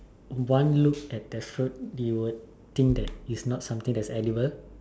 one look at the fruit you would think that it's not something that is edible